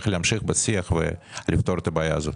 להמשיך בשיח ולפתור את הבעיה הזאת.